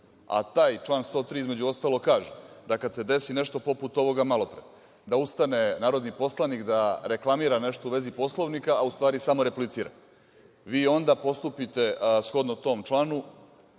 član 103. između ostalog kaže – da kada se desi nešto poput ovoga malopre, da ustane narodni poslanik da reklamira nešto u vezi Poslovnika, a u stvari samo replicira. Vi onda postupite shodno tom članu,